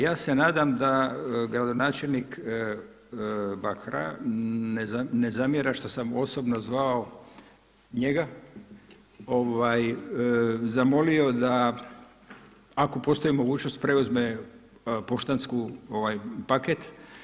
Ja se nadam da gradonačelnik Bakra ne zamjera što sam osobno zvao njega, zamolio da, ako postoji mogućnost preuzme poštanski paket.